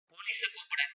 போலீஸ